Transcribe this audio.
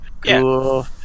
cool